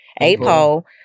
apol